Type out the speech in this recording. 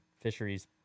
fisheries